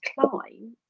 decline